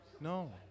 No